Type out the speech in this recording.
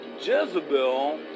jezebel